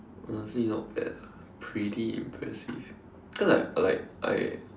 honestly not bad pretty impressive cause like like I